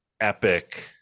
epic